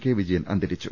K Vijayan അന്തരിച്ചു